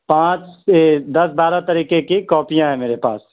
پانچ دس بارہ طریقے کی کاپیاں ہیں میرے پاس